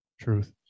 Truth